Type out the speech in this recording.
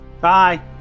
Bye